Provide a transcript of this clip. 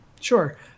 Sure